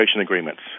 agreements